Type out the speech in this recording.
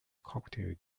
cocktail